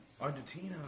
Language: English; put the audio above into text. Argentina